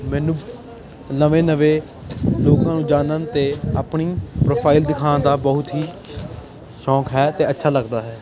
ਮੈਨੂੰ ਨਵੇਂ ਨਵੇਂ ਲੋਕਾਂ ਨੂੰ ਜਾਣਨ ਅਤੇ ਆਪਣੀ ਪ੍ਰੋਫਾਈਲ ਦਿਖਾਉਣ ਦਾ ਬਹੁਤ ਹੀ ਸ਼ੌਕ ਹੈ ਅਤੇ ਅੱਛਾ ਲੱਗਦਾ ਹੈ